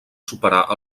superar